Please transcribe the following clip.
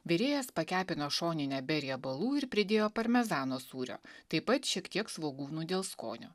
virėjas pakepino šoninę be riebalų ir pridėjo parmezano sūrio taip pat šiek tiek svogūnų dėl skonio